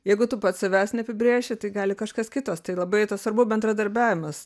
jeigu tu pats savęs neapibrėši tai gali kažkas kitas tai labai ta svarbu bendradarbiavimas